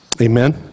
Amen